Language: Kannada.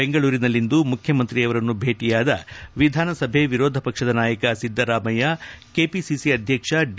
ಬೆಂಗಳೂರಿನಲ್ಲಿಂದು ಮುಖ್ಯಮಂತ್ರಿಯವರನ್ನು ಭೇಟಿಯಾದ ವಿಧಾನಸಭೆ ವಿರೋಧ ಪಕ್ಷದ ನಾಯಕ ಸಿದ್ದರಾಮಯ್ಲ ಕೆಪಿಸಿಸಿ ಅಧ್ಯಕ್ಷ ಡಿ